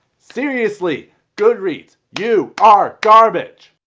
seriously goodreads you are garbage.